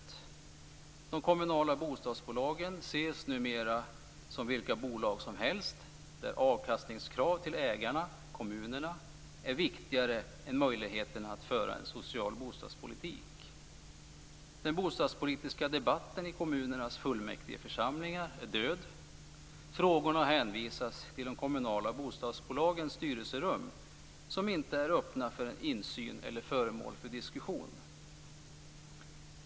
De kommunala bostadsbolagen ses numera som vilka bolag som helst. Krav på avkastning till ägarna, kommunerna, är viktigare än möjligheterna att föra en social bostadspolitik. Den bostadspolitiska debatten i kommunernas fullmäktigeförsamlingar är död. Frågorna hänvisas till de kommunala bostadsbolagens styrelserum. De är inte öppna för insyn eller föremål för diskussion.